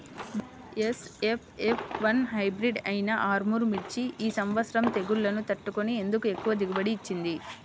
BASF F one hybrid అయినా ఆర్ముర్ మిర్చి ఈ సంవత్సరం తెగుళ్లును తట్టుకొని ఎందుకు ఎక్కువ దిగుబడి ఇచ్చింది?